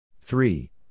three